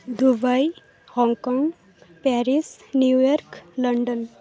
Dubai Hong Kong Paris New York London